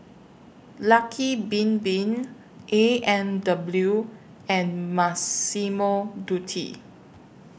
Lucky Bin Bin A and W and Massimo Dutti